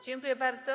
Dziękuję bardzo.